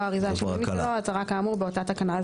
האריזה השניונית שלו אזהרה כאמור באותה תקנה.